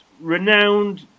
renowned